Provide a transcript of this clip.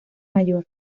mayor